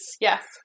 yes